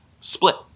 split